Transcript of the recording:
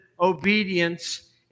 obedience